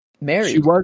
married